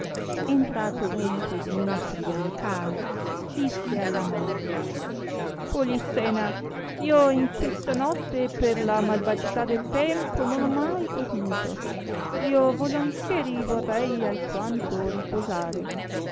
entrato adunque dimitrio in camera disse alla moglie polissena io in questa notte per la malvagità del tempo non ho mai dormito io volontieri vorrei alquanto riposare